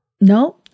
No